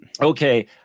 Okay